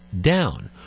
down